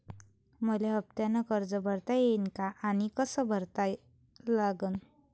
मले हफ्त्यानं कर्ज भरता येईन का आनी कस भरा लागन?